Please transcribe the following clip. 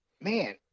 man